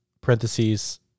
parentheses